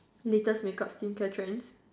latest make up skin care trends